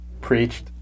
preached